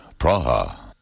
Praha